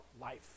life